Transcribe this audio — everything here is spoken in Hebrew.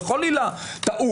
בכל עילה טעו.